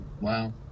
Wow